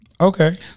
Okay